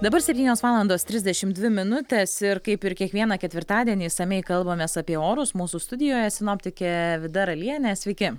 dabar septynios valandos trisdešim dvi minutės ir kaip ir kiekvieną ketvirtadienį išsamiai kalbamės apie orus mūsų studijoje sinoptikė vida ralienė sveiki